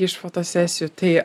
iš fotosesijų tai